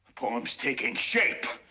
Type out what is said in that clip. poem's taking shape!